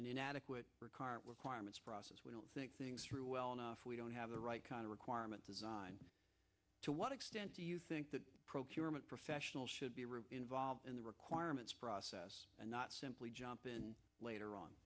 requirements process we don't think things through well enough we don't have the right kind of requirement design to what extent do you think that procurement professionals should be involved in the requirements process and not simply jump in later on